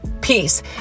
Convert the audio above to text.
peace